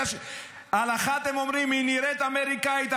על אחת הם אומרים: היא נראית אמריקנית,